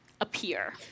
appear